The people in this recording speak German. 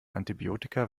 antibiotika